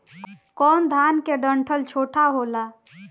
कौन धान के डंठल छोटा होला?